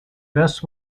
best